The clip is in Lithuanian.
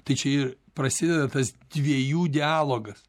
tai čia ir prasideda tas dviejų dialogas